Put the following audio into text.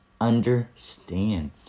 understand